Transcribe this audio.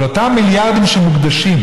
אבל אותם מיליארדים שמוקדשים,